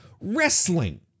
wrestling